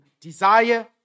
desire